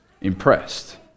impressed